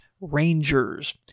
Rangers